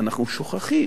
אנחנו שוכחים